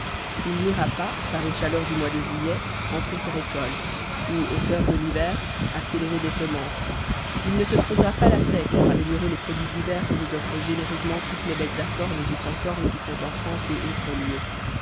il n'ira pas par une chaleur du mois de juillet rentrer ses récoltes ou au coeur de l'hiver accélérer des semences il ne se creusera pas la tête pour améliorer les produits divers que nous offrent généreusement toutes les bêtes à cornes ou sans cornes qui sont en france et autres lieux